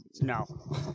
no